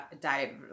diet